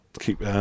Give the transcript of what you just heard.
keep